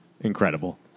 Incredible